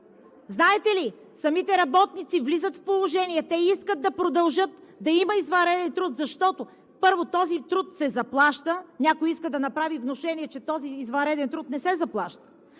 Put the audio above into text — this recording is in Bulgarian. Знаете ли, че самите работници влизат в положение? Те искат да продължат да има извънреден труд, защото, първо, този труд се заплаща. Някой иска да направи внушение, че този извънреден труд не се заплаща,